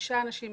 שישה אנשים,